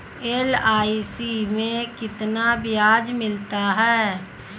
LIC में कितना ब्याज मिलता है?